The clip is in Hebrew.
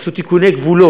שעשו אצלם תיקוני גבולות.